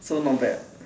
so not bad